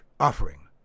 offering